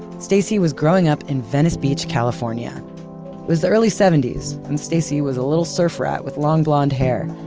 stacy was growing up in venice beach, california. it was the early seventy s, and stacy was a little surf rat with long blonde hair.